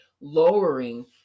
lowering